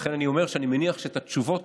אומר באופן כללי,